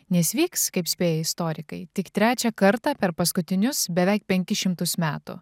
nes vyks kaip spėja istorikai tik trečią kartą per paskutinius beveik penkis šimtus metų